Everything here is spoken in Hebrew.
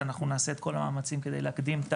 שאנחנו נעשה את כלה המאמצים כדי להקדים את